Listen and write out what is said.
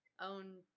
own